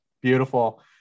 Beautiful